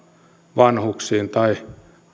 vanhuksiin tai